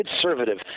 conservative